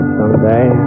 someday